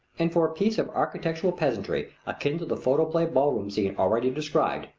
and for a piece of architectural pageantry akin to the photoplay ballroom scene already described,